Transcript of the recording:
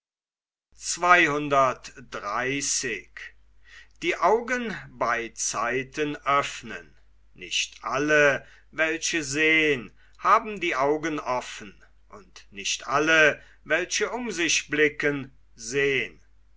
nicht alle welche sehn haben die augen offen und nicht alle welche um sich blicken sehn